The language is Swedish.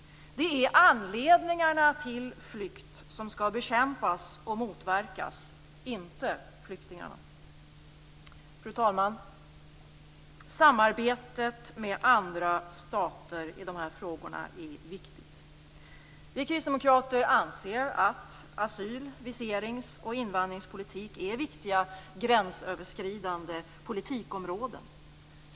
Det är anledningarna till flykt som skall bekämpas och motverkas - inte flyktingarna. Fru talman! Samarbetet med andra stater i de här frågorna är viktigt. Vi kristdemokrater anser att asyl-, viserings och invandringspolitik är viktiga gränsöverskridande politikområden.